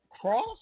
cross